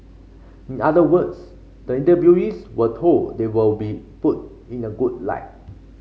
in other words the interviewees were told they will be put in a good light